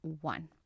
one